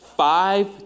Five